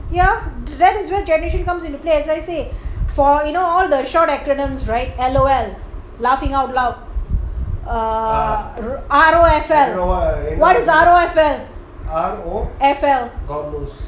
ya that is where generation comes into play as I say for you know all the short acronyms right L_O_L laughing out loud ugh R_O_F_L what is R O F L F L